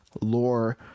lore